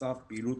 תשמעי,